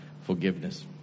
forgiveness